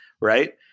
right